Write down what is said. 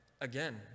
again